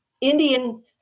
Indian